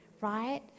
Right